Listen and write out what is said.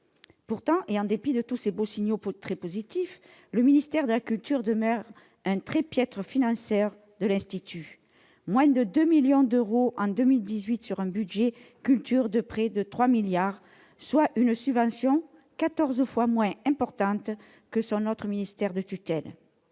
Pourtant, en dépit de tous ces beaux signaux très positifs, le ministère de la culture demeure un très piètre financeur de l'Institut : moins de 2 millions d'euros en 2018 pour un budget de près de 3 milliards d'euros, soit une subvention quatorze fois moins élevée que son autre ministère de tutelle